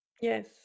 Yes